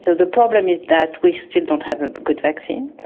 so the problem is that we still don't have a good vaccine,